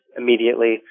immediately